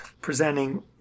presenting